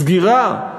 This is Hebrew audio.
סגירה,